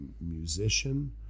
musician